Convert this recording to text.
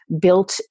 built